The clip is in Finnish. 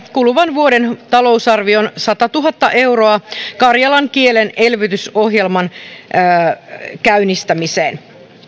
kuluvan vuoden talousarvioon satatuhatta euroa karjalan kielen elvytysohjelman käynnistämiseen